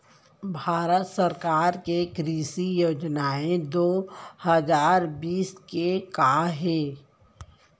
भारत सरकार के कृषि योजनाएं दो हजार बीस के का हे?